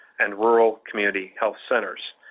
and rural community health centers.